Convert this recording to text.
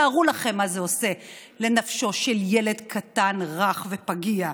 תארו לכם מה זה עושה לנפשו של ילד קטן, רך ופגיע.